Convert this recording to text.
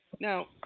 Now